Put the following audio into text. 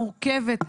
המורכבת,